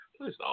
Please